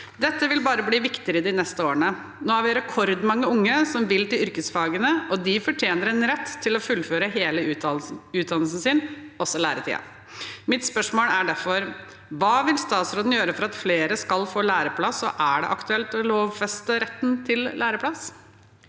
Dette vil bare bli viktigere de neste årene. Nå er det rekordmange unge som vil til yrkesfagene, og de fortjener en rett til å fullføre hele utdannelsen sin, også læretiden. Mitt spørsmål er derfor: Hva vil statsråden gjøre for at flere skal få læreplass, og er det aktuelt å lovfeste retten til læreplass?